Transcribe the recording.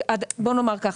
בוא נאמר ככה,